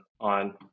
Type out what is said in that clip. on